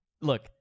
look